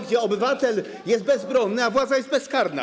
gdzie obywatel jest bezbronny, a władza jest bezkarna.